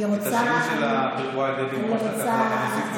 את השינוי של, דבי, ממש לקחנו לך, אני אוסיף לך.